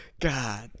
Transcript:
god